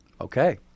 Okay